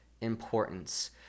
importance